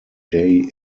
day